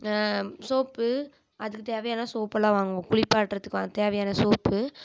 soap அதுக்குத் தேவையான சோப்பெல்லாம் வாங்கணும் குளிப்பாட்டுறதுக்கு தேவையான சோப்பு